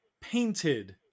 painted